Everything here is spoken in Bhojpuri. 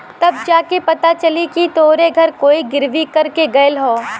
तब जा के पता चली कि तोहरे घर कोई गिर्वी कर के गयल हौ